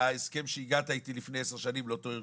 ההסכם שהגעת איתי לפני עשר שנים לאותו ארגון.